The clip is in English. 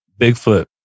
Bigfoot